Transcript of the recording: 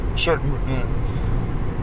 Certain